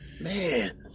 man